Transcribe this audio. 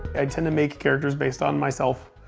i tend to make characters based on myself.